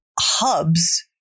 hubs